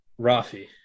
Rafi